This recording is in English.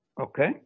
okay